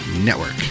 Network